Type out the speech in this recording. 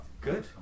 good